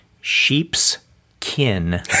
sheepskin